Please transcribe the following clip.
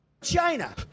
China